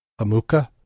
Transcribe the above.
amuka